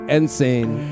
Insane